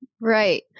Right